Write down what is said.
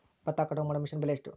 ಭತ್ತ ಕಟಾವು ಮಾಡುವ ಮಿಷನ್ ಬೆಲೆ ಎಷ್ಟು?